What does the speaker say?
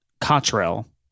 Cottrell